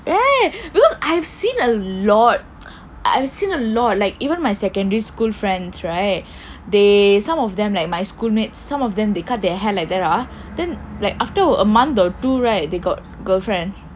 right cause I have seen a lot I've seen a lot like even my secondary school friends right they some of them like my schoolmates some of them they cut their hair like there ah then like after a month or two right they got girlfriend